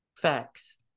facts